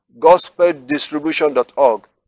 gospeldistribution.org